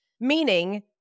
meaning